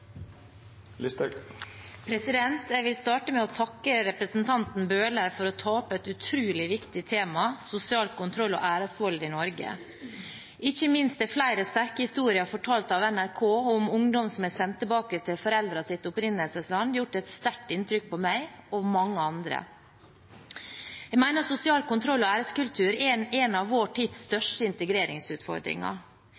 Jeg vil starte med å takke representanten Bøhler for å ta opp et utrolig viktig tema – sosial kontroll og æresvold i Norge. Ikke minst har flere sterke historier fortalt av NRK om ungdom som er sendt tilbake til foreldrenes opprinnelsesland, gjort et sterkt inntrykk på meg og mange andre. Jeg mener sosial kontroll og æreskultur er en av vår tids